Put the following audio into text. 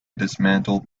dismantled